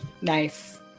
Nice